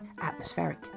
atmospheric